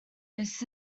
this